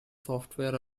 software